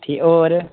ठीक होर